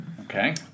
Okay